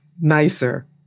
nicer